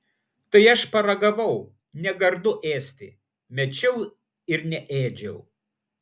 tai aš paragavau negardu ėsti mečiau ir neėdžiau